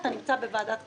אתה נמצא בוועדת הכספים.